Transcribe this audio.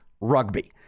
rugby